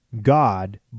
God